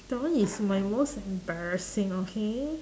that one is my most embarrassing okay